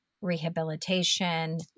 rehabilitation